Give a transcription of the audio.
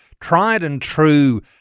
tried-and-true